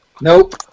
Nope